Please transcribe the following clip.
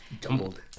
jumbled